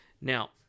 Now